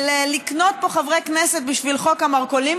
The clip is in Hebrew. לקנות פה חברי כנסת בשביל חוק המרכולים,